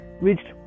reached